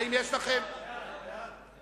ההצעה להעביר את